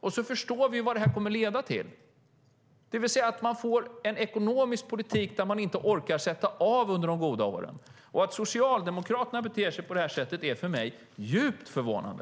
Vi förstår vad detta kommer att leda till: Man får en ekonomisk politik där man inte orkar sätta av under de goda åren. Att Socialdemokraterna beter sig på det här sättet är för mig djupt förvånande.